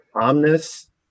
Omnis